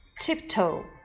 tiptoe